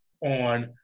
on